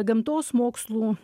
gamtos mokslų